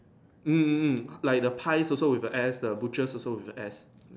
mm like the pie also with S the butcher is also with the S